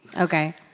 Okay